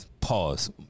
Pause